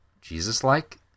Jesus-like